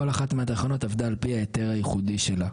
כל אחת מהתחנות עבדה על פי ההיתר הייחודי שלה,